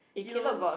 you know